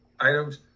items